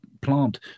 plant